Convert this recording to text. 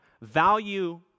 value